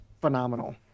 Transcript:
phenomenal